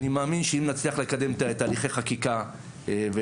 אני מאמין שאם נצליח לקדם את תהליכי חקיקה ולחלץ